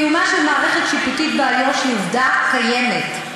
קיומה של מערכת שיפוטית באיו"ש היא עובדה קיימת.